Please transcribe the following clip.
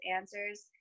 answers